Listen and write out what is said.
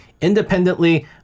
independently